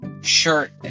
shirt